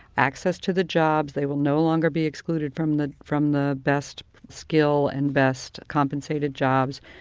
access to the jobs, they will no longer be excluded from the from the best skill and best compensated jobs.